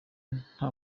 nta